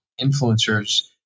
influencers